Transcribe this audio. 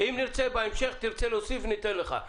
אם תרצה להוסיף בהמשך, ניתן לך.